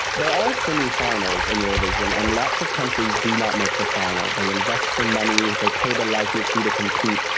there are semi-finals in eurovision and lots of countries do not make the final, they invest the money, they pay the licence fee to compete,